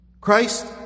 Christ